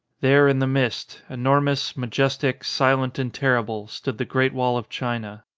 there in the mist, enormous, majestic, silent, and terrible, stood the great wall of china.